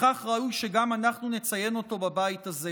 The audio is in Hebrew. וכך ראוי שגם אנחנו נציין אותו בבית הזה.